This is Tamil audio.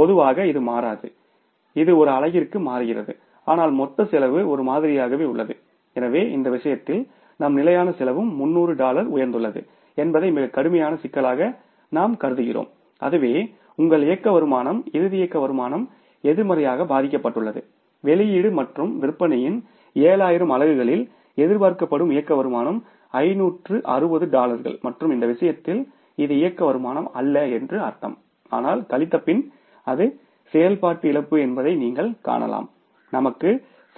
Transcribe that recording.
பொதுவாக இது மாறாது இது ஒரு அலகிற்கு மாறுகிறது ஆனால் மொத்த செலவு ஒரே மாதிரியாகவே உள்ளது எனவே இந்த விஷயத்தில் நம் நிலையான செலவும் 300 டாலர் உயர்ந்துள்ளது என்பதை மிகக் கடுமையான சிக்கலாக நாம் கருதுகிறோம் அதுவே உங்கள்ஆப்ரேட்டிங் இன்கம் இறுதிஆப்ரேட்டிங் இன்கம் எதிர்மறையாக பாதிக்கப்பட்டுள்ளது வெளியீடு மற்றும் விற்பனையின் 7000 அலகுகளில் எதிர்பார்க்கப்படும்ஆப்ரேட்டிங் இன்கம் 5600 டாலர்கள் மற்றும் இந்த விஷயத்தில் இதுஆப்ரேட்டிங் இன்கம் அல்ல என்று அர்த்தம் ஆனால் கழித்தபின் அது செயல்பாட்டு இழப்பு என்பதை நீங்கள் காணலாம் நமக்கு